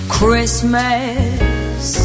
Christmas